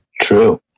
True